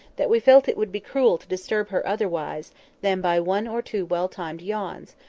that we felt it would be cruel to disturb her otherwise than by one or two well-timed yawns,